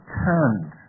turned